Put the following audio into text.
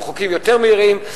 עם חוקים יותר מהירים,